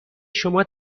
شما